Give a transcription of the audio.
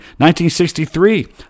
1963